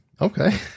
Okay